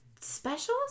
specials